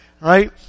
right